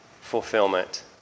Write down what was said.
fulfillment